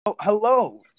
Hello